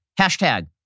hashtag